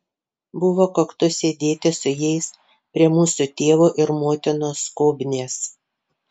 buvo koktu sėdėti su jais prie mūsų tėvo ir motinos skobnies